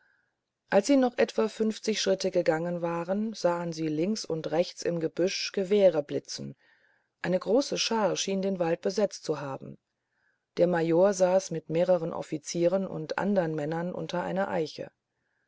als sie noch etwa fünfzig schritte gegangen waren sahen sie links und rechts im gebüsch gewehre blitzen eine große schar schien den wald besetzt zu haben der major saß mit mehreren offizieren und andern männern unter einer eiche